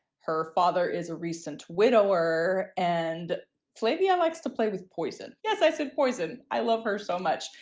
her father is a recent widower and flavia likes to play with poison. yes, i said poison. i love her so much.